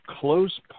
close